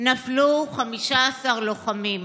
נפלו 15 לוחמים,